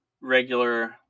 regular